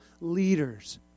leaders